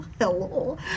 Hello